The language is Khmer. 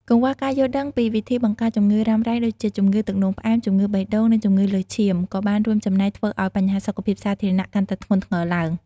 កង្វះការយល់ដឹងពីវិធីបង្ការជំងឺរ៉ាំរ៉ៃដូចជា ជំងឺទឹកនោមផ្អែម ជំងឺបេះដូង និងជំងឺលើសឈាម ក៏បានរួមចំណែកធ្វើឱ្យបញ្ហាសុខភាពសាធារណៈកាន់តែធ្ងន់ធ្ងរឡើង។